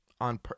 On